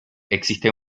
existe